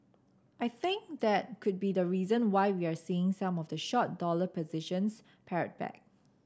I think that could be a reason why we're seeing some of the short dollar positions pared back